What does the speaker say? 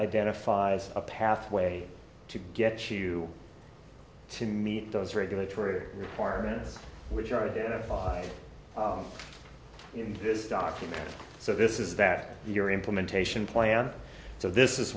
identifies a pathway to get you to meet those regulatory requirements which are identified in this document so this is that your implementation plan so this is